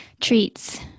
treats